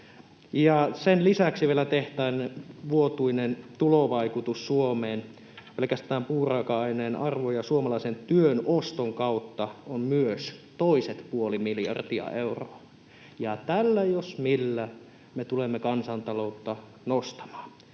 sen lisäksi vielä tehtaan vuotuinen tulovaikutus Suomeen pelkästään puuraaka-aineen arvon ja suomalaisen työn oston kautta on myös toiset puoli miljardia euroa, ja tällä jos millä me tulemme kansantaloutta nostamaan.